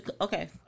Okay